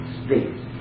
space